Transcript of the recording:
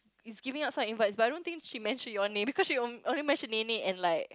is giving out some invites but I don't think she mention your name because on~ only mention nenek and like